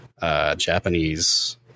Japanese